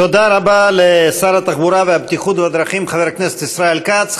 תודה רבה לשר התחבורה והבטיחות בדרכים חבר הכנסת ישראל כץ.